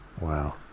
Wow